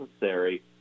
necessary